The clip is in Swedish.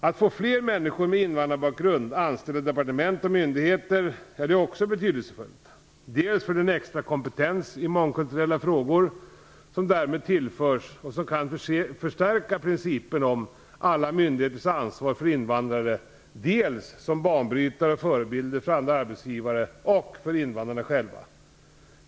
Att få fler människor med invandrarbakgrund anställda i departement och myndigheter är också betydelsefullt dels för den extra kompetens i mångkulturella frågor som därmed tillförs och som kan förstärka principen om alla myndigheters ansvar för invandrare, dels som banbrytare och förebilder för andra arbetsgivare och för invandrarna själva.